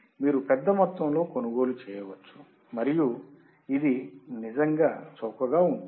కాబట్టి మీరు పెద్దమొత్తంలో కొనుగోలు చేయవచ్చు మరియు ఇది నిజంగా చౌకగా ఉంటుంది